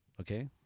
Okay